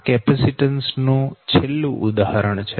આ કેપેસીટન્સ નું છેલ્લું ઉદાહરણ છે